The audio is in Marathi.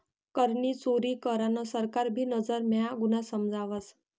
करनी चोरी करान सरकार भी नजर म्हा गुन्हा समजावस